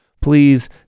please